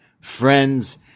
friends